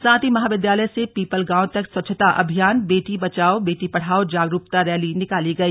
साथ ही महाविद्यालय से पीपलगांव तक स्वच्छता अभियान बेटी बचाओ बेटी पढ़ाओ जागरूकता रैली निकाली गई